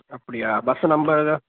அப்படியா bus number